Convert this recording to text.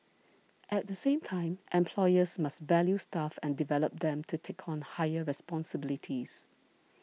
at the same time employers must value staff and develop them to take on higher responsibilities